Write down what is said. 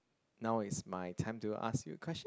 now is my time to ask you question